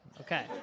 Okay